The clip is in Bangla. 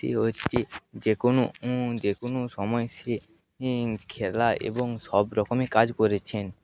সে হচ্ছে যে কোনও যে কোনও সময় সে খেলা এবং সবরকমই কাজ করেছেন